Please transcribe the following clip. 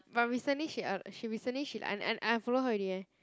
but recently she a~ she recently she un~ I unfollow her already eh